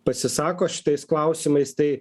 pasisako šitais klausimais tai